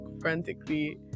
frantically